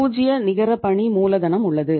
பூஜ்ஜிய நிகர பணி மூலதனம் உள்ளது